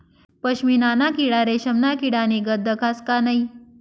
पशमीना ना किडा रेशमना किडानीगत दखास का नै